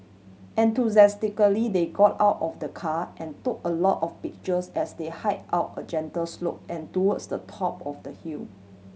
enthusiastically they got out of the car and took a lot of pictures as they hike out a gentle slope and towards the top of the hill